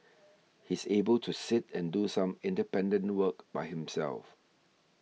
he's able to sit and do some independent work by himself